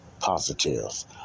positives